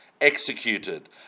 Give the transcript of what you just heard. executed